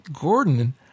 Gordon